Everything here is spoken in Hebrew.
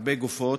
הרבה גופות,